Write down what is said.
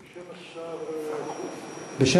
בשם שר החוץ.